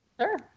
Sure